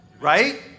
right